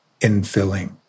infilling